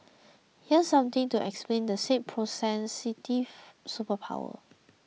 here's something to explain the said superpower